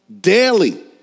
daily